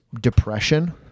depression